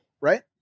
right